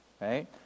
right